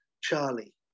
Charlie